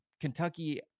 Kentucky